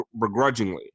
begrudgingly